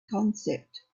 concept